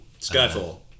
Skyfall